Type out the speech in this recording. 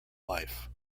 life